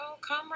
come